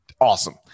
awesome